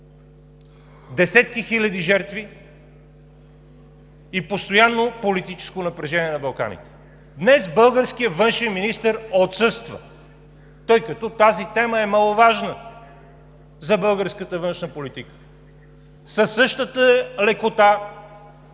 десетки хиляди жертви и постоянно политическо напрежение на Балканите. Днес българският външен министър отсъства, тъй като тази тема е маловажна за българската външна политика. Със същата лекота